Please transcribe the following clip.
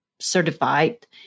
certified